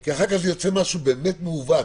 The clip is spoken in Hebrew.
כי אחר כך זה יוצא משהו באמת מעוות.